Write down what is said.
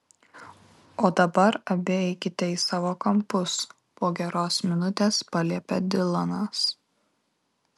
o dabar abi eikite į savo kampus po geros minutės paliepė dilanas